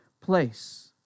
place